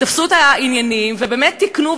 תפסו את העניינים ובאמת תיקנו,